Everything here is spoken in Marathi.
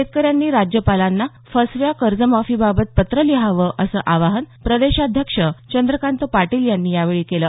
शेतकऱ्यांनी राज्यपालांना फसव्या कर्जमाफीबाबत पत्र लिहावं असं आवाहन प्रदेशाध्यक्ष चंद्रकात पाटील यांनी यावेळी केलं